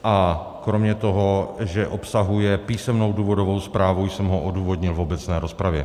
A kromě toho, že obsahuje písemnou důvodovou zprávu, jsem ho odůvodnil v obecné rozpravě.